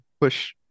push